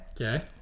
Okay